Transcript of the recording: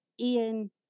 Ian